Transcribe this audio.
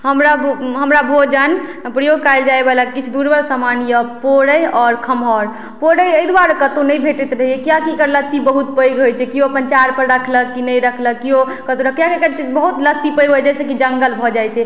हमरा भो हमरा भोजनमे प्रयोग कएल जाइबला किछु दुर्लभ सामान यऽ पोरै आओर खमहौर पोरै एहि दुआरे कतौ नहि भेटैत रहैए किए कि एकर लत्ती बहुत पैघ होइ छै केओ अपन चार पर रखलक कि नहि रखलक केओ किए एकर बहुत लत्ती पैघ होइ छै जाहि से कि जङ्गल भऽ जाइ छै